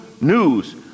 news